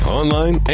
online